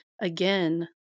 again